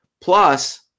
Plus